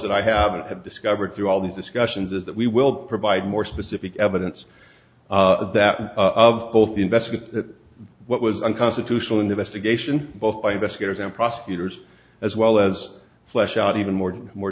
that i haven't had discovered through all these discussions is that we will provide more specific evidence that of both investment what was unconstitutional investigation both by investigators and prosecutors as well as flesh out even more and more